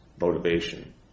motivation